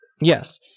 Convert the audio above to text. Yes